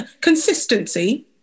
Consistency